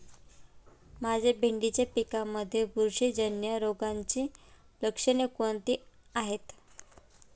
माझ्या भेंडीच्या पिकामध्ये बुरशीजन्य रोगाची लक्षणे कोणती आहेत?